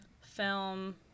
film